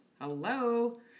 hello